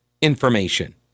information